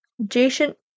adjacent